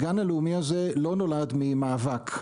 הגן הלאומי הזה לא נולד ממאבק.